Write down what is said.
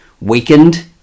weakened